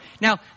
Now